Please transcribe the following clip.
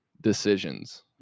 decisions